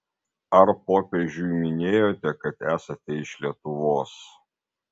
ar popiežiui minėjote kad esate iš lietuvos